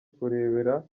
kurebera